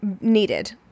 needed